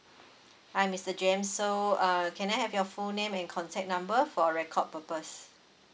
hi mister james so uh can I have your full name and contact number for record purpose